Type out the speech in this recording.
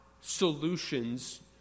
solutions